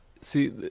See